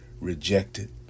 rejected